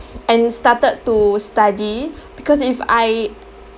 and started to study because if I